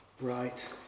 Right